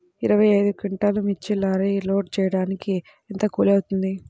ఇరవై ఐదు క్వింటాల్లు మిర్చి లారీకి లోడ్ ఎత్తడానికి ఎంత కూలి అవుతుంది?